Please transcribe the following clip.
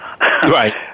Right